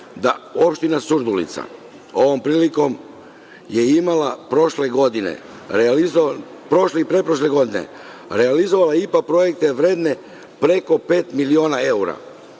je opština Surdulica ovom prilikom imala prošle godine realizovan, prošle i pretprošle godine, realizovala IPA projekte vredne preko pet miliona evra,